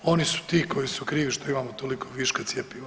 Oni su ti koji su krivi što imamo toliko viška cjepiva.